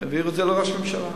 העבירו את זה לראש הממשלה.